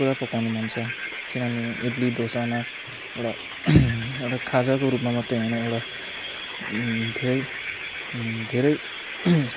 पुरा पकाउनु मन छ किनभने इडली डोसामा एउटा एउटा खाजाको रूपमा मात्रै होइन एउटा धेरै धेरै